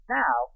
now